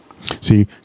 See